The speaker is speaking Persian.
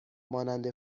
مانند